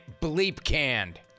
bleep-canned